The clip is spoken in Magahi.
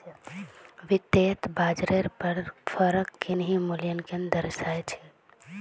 वित्तयेत बाजारेर पर फरक किन्ही मूल्योंक दर्शा छे